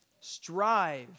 strive